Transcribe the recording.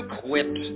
quit